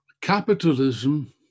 capitalism